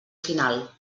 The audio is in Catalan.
final